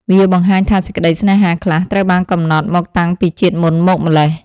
វាបង្ហាញថាសេចក្ដីស្នេហាខ្លះ ត្រូវបានកំណត់មកតាំងពីជាតិមុនមកម៉្លេះ។